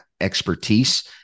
expertise